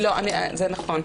זה נכון.